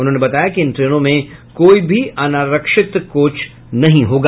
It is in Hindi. उन्होंने बताया कि इन ट्रेनों में कोई भी अनारक्षित कोच नहीं होगा